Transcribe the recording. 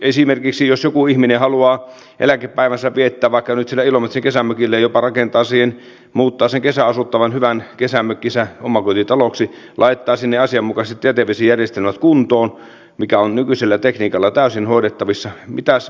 esimerkiksi jos joku ihminen haluaa eläkepäivänsä viettää vaikka siellä ilomantsin kesämökillä ja jopa rakentaa muuttaa sen kesäasuttavan hyvän kesämökkinsä omakotitaloksi laittaa sinne asianmukaiset jätevesijärjestelmät kuntoon mikä on nykyisellä tekniikalla täysin hoidettavissa mikä siinä heikkenee